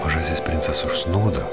mažasis princas užsnūdo